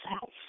house